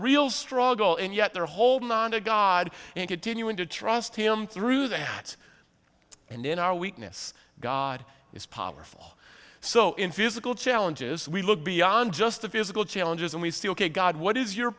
real struggle and yet they're holding on to god and continuing to trust him through that and in our weakness god is powerful so in physical challenges we look beyond just the physical challenges and we see ok god what is your